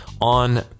on